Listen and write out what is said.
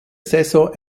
saison